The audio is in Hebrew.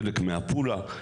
חלק מעפולה,